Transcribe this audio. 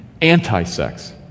anti-sex